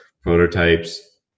prototypes